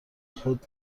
خود